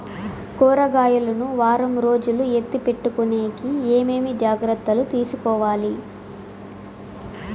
కూరగాయలు ను వారం రోజులు ఎత్తిపెట్టుకునేకి ఏమేమి జాగ్రత్తలు తీసుకొవాలి?